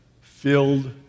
filled